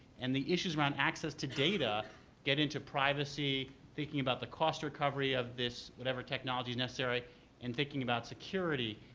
and the issues around access to data get into privacy, thinking about the cost recovery of this, whatever technology is necessary and thinking about security,